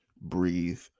breathe